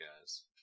guys